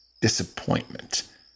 disappointment